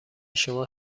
شما